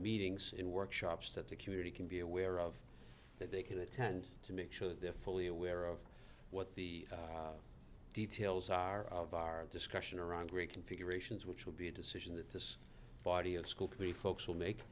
meetings in workshops that the community can be aware of that they can attend to make sure they're fully aware of what the details are of our discussion around reconfigurations which will be a decision that this body of school degree folks will make